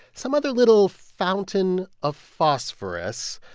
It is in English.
some other little fountain of phosphorus.